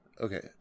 Okay